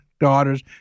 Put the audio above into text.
daughters